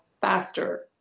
faster